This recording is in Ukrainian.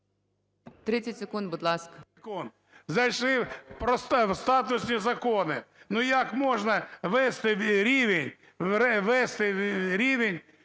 30 секунд, будь ласка.